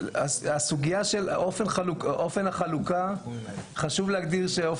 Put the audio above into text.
הסוגייה של אופן החלוקה חשוב להגדיר שאופן